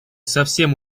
совсем